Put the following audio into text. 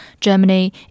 Germany